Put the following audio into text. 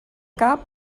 cap